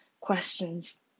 questions